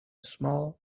small